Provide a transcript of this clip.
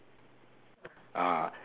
ah